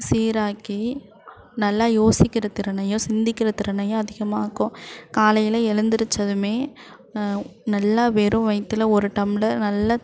சீராக்கி நல்லா யோசிக்கின்ற திறனையும் சிந்திக்கின்ற திறனையும் அதிகமாக்கும் காலையில் எழுந்திருச்சதுமே நல்லா வெறும் வயித்தில் ஒரு டம்ளர் நல்ல